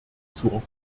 zur